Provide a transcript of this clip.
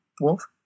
Wolf